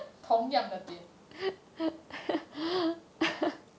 同样的点